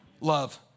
love